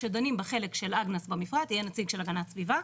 כשדנים בחלק של הגנ"ס במפרט יהיו שני נציגים של הגנת סביבה,